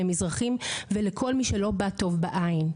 למזרחים ולכל מי שלא בא טוב בעין.